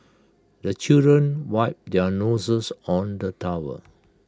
the children wipe their noses on the tower